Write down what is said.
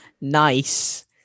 nice